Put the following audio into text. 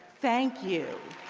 thank you.